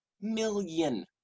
million